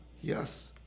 Yes